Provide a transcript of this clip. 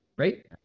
Right